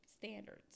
standards